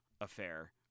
affair